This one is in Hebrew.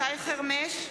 שי חרמש,